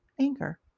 anger